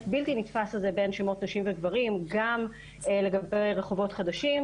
בלתי נתפס הזה בין שמות נשים וגברים גם לגבי רחובות חדשים,